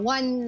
One